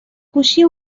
گوشی